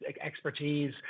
expertise